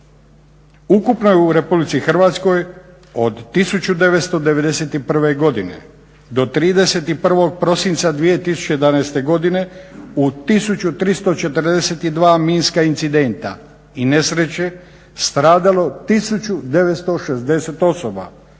Ukupno je u RH od 1991. godine do 31. prosinca 2011. godine u 1342 minska incidenta i nesreće stradalo 1960 osoba